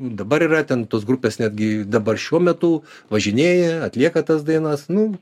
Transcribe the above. dabar yra ten tos grupės netgi dabar šiuo metu važinėja atlieka tas dainas nu